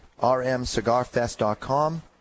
rmcigarfest.com